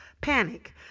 panic